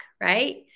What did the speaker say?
right